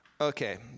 Okay